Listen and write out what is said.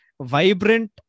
vibrant